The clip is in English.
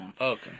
Okay